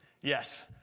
Yes